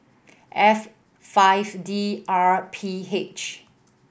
F five D R P H